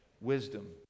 wisdom